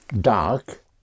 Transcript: dark